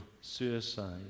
suicide